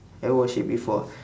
never watch it before